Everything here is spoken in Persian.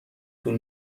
طول